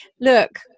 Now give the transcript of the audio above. look